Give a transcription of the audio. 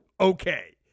Okay